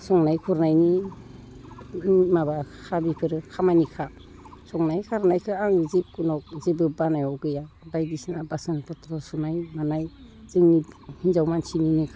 संनाय खुरनायनि माबाखा बिफोरो खामानिखा संनाय खावनायखो आं जिखुनुहख जेबो बानायाव गैया बायदिसिना बासन पत्र सुनाय मानाय जोंनि हिनजाव मानसिनि